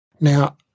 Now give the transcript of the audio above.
Now